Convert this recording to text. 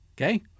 Okay